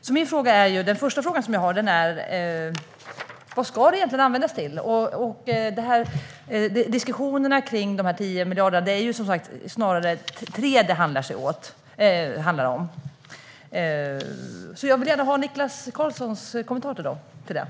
Min första fråga är därför: Vad ska dessa pengar egentligen användas till? När det gäller diskussionerna om de 10 miljarderna är det snarare 3 miljarder som det handlar om. Jag vill gärna ha Niklas Karlssons kommentar till detta.